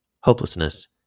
hopelessness